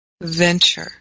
venture